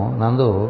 Nandu